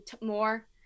more